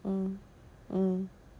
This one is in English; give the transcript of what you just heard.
mm mm